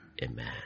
Amen